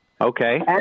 Okay